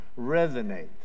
resonate